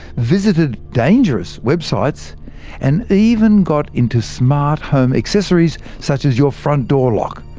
visited dangerous websites and even got into smart home accessories such as your front door lock.